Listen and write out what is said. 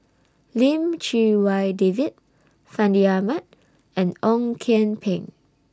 Lim Chee Wai David Fandi Ahmad and Ong Kian Peng